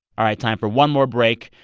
all right. time for one more break.